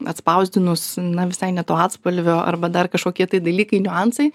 atspausdinus na visai ne to atspalvio arba dar kažkokie tai dalykai niuansai